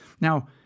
Now